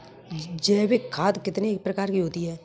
जैविक खाद कितने प्रकार की होती हैं?